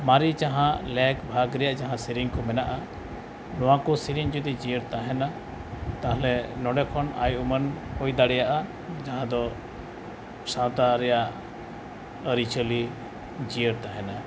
ᱢᱟᱨᱮ ᱡᱟᱦᱟᱸ ᱞᱮᱠᱼᱵᱷᱟᱜᱽ ᱨᱮᱭᱟᱜ ᱥᱮᱨᱮᱧᱠᱚ ᱢᱮᱱᱟᱜᱼᱟ ᱱᱚᱣᱟᱠᱚ ᱥᱮᱨᱮᱧ ᱡᱚᱫᱤ ᱡᱤᱭᱟᱹᱲ ᱛᱟᱦᱮᱱᱟ ᱛᱟᱦᱚᱞᱮ ᱱᱚᱰᱮ ᱠᱷᱚᱱ ᱟᱭᱩᱢᱟᱹᱱ ᱦᱩᱭ ᱫᱟᱲᱮᱭᱟᱜᱼᱟ ᱡᱟᱦᱟᱸ ᱫᱚ ᱥᱟᱶᱛᱟ ᱨᱮᱭᱟᱜ ᱟᱹᱨᱤᱼᱪᱟᱹᱞᱤ ᱡᱤᱭᱟᱹᱲ ᱛᱟᱦᱮᱱᱟ